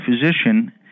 physician